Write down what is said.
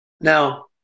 Now